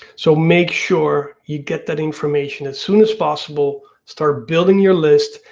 so make sure you get that information as soon as possible, start building your list,